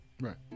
Right